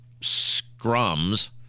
scrums